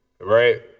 Right